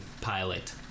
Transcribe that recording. pilot